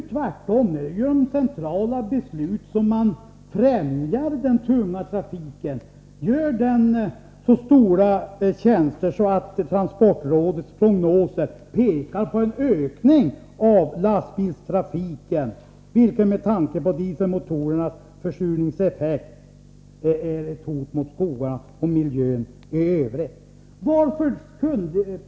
Det är genom centrala beslut som man nu tvärtom främjar den tunga trafiken, gör den så stora tjänster att transportrådets prognoser pekar på en ökning av lastbilstrafiken, vilket med tanke på dieselmotorernas försurningseffekt är ett hot mot skogarna och miljön i övrigt.